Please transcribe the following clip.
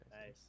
Nice